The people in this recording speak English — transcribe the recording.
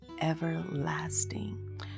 everlasting